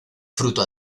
fruto